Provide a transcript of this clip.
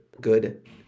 good